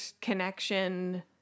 connection